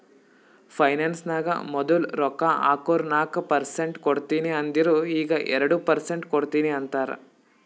finance ನಾಗ್ ಮದುಲ್ ರೊಕ್ಕಾ ಹಾಕುರ್ ನಾಕ್ ಪರ್ಸೆಂಟ್ ಕೊಡ್ತೀನಿ ಅಂದಿರು ಈಗ್ ಎರಡು ಪರ್ಸೆಂಟ್ ಕೊಡ್ತೀನಿ ಅಂತಾರ್